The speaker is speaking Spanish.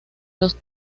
los